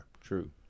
True